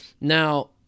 Now